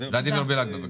ולדימיר בליאק, בבקשה.